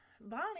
Bonnie